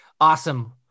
Awesome